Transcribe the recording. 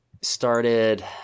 started